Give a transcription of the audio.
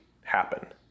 happen